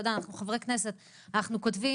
אתה יודע, אנחנו חברי כנסת, אנחנו כותבים